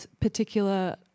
particular